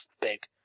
Big